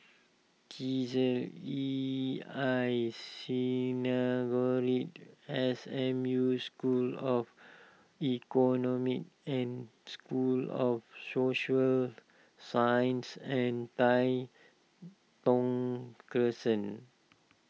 Chesed E I Synagogue S M U School of Economy and School of Social Sciences and Tai Thong Crescent